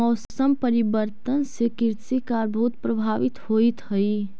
मौसम परिवर्तन से कृषि कार्य बहुत प्रभावित होइत हई